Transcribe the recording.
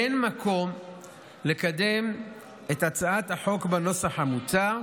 אין מקום לקדם את הצעת החוק בנוסח המוצע,